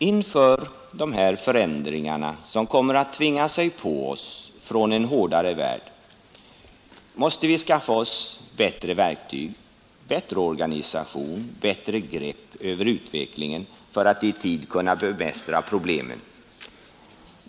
Inför dessa förändringar, som kommer att tvinga sig på oss från en hårdare värld, måste vi skaffa oss bättre verktyg, bättre organisation, bättre grepp över utvecklingen för att i tid kunna bemästra problemen.